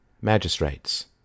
magistrates